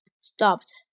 stopped